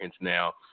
now